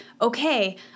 okay